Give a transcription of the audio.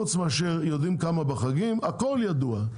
יודעים כמה בחגים, הכל ידוע.